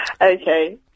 Okay